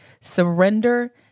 surrender